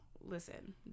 Listen